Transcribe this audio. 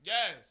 Yes